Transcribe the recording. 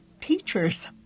teachers